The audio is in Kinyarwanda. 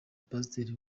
pasiteri